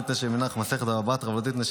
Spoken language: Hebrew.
לא נתנשי מנך מסכת בבא בתרא ולא תתנשי